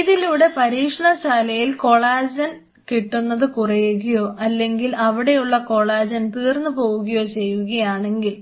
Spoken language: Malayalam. ഇതിലൂടെ പരീക്ഷണശാലയിൽ കൊളാജൻ കിട്ടുന്നത് കുറയുകയോ അല്ലെങ്കിൽ അവിടെയുള്ള കൊളാജൻ തീർന്നു പോകുകയോ ചെയ്യുകയാണെങ്കിൽ